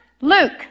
Luke